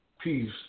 peace